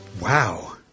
Wow